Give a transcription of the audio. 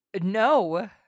no